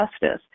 Justice